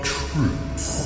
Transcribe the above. truth